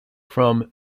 from